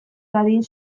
dadin